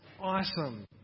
awesome